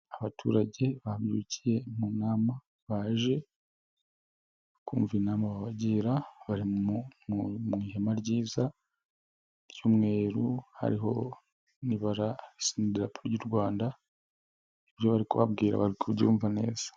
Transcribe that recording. Abaturage babyukiye mu nama, baje bakumva inama babagira, mu ihema ryiza ry'umweru hariho n'ibara risa n'idirapo ry'u Rwanda, ibyo bari kubabwira bari kubyumva neza.